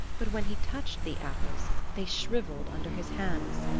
but when he touched the apples they shriveled under his hands.